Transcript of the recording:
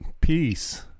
peace